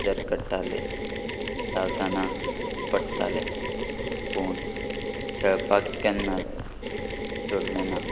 झरकडटाले धावताना पडताले पूण खेळपाक केन्नाच सोडलें ना